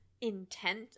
intent